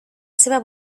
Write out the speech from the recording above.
seva